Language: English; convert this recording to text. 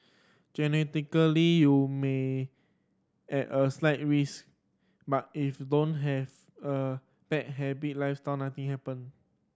genetically you may at a slight risk but if don't have a bad happy lifestyle nothing happen